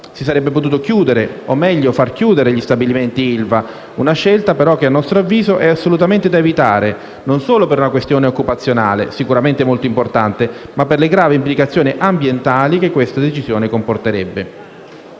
Si sarebbe potuto chiudere, o meglio far chiudere, gli stabilimenti ILVA, una scelta che, a nostro avviso, è assolutamente da evitare, non solo per una questione occupazionale, sicuramente molto importante, ma per le gravi implicazioni ambientali che tale decisione comporterebbe.